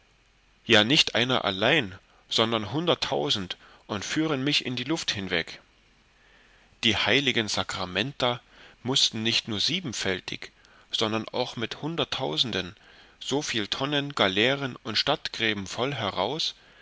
ja nicht einer allein sondern hunderttausend und führen mich in die luft hinweg die hl sacramenta mußten nicht nur siebenfältig sondern auch mit hunderttausenden so viel tonnen galeeren und stadtgräben voll heraus